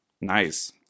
Nice